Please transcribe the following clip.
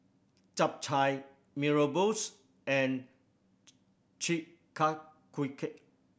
Chap Chai Mee Rebus and Chi Kak Kuih